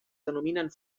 denominen